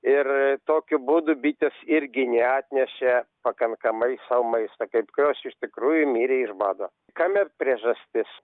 ir tokiu būdu bitės irgi neatnešė pakankamai sau maisto kaip kurios iš tikrųjų mirė iš bado kame priežastis